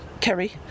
Kerry